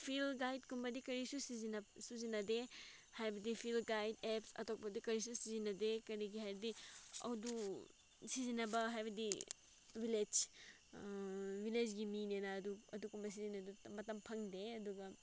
feel ꯒꯥꯏꯠꯀꯨꯝꯕꯗꯤ ꯀꯔꯤꯁꯨ ꯁꯤꯖꯤꯟꯅꯗꯦ ꯍꯥꯏꯕꯗꯤ ꯐꯤꯜ ꯒꯥꯏꯠ ꯑꯦꯞꯁ ꯑꯇꯣꯞꯄꯗ ꯀꯔꯤꯁꯨ ꯁꯤꯖꯤꯟꯅꯗꯦ ꯀꯔꯤꯒꯤ ꯍꯥꯏꯔꯗꯤ ꯑꯗꯨ ꯁꯤꯖꯤꯟꯅꯕ ꯍꯥꯏꯕꯗꯤ ꯚꯤꯂꯦꯖ ꯚꯤꯂꯦꯖꯀꯤ ꯃꯤꯅꯦꯅ ꯑꯗꯨ ꯑꯗꯨꯒꯨꯝꯕ ꯁꯤꯖꯤꯟꯅꯕꯗꯨ ꯃꯇꯝ ꯐꯪꯗꯦ ꯑꯗꯨꯒ